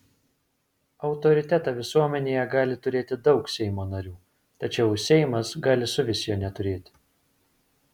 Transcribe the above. autoritetą visuomenėje gali turėti daug seimo narių tačiau seimas gali suvis jo neturėti